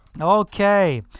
Okay